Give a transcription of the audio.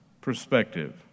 perspective